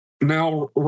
Now